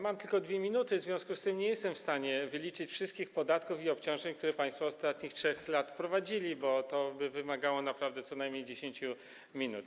Mam tylko 2 minuty, w związku z tym nie jestem w stanie wyliczyć wszystkich podatków i obciążeń, które państwo w ciągu ostatnich 3 lat wprowadzili, bo to by wymagało naprawdę co najmniej 10 minut.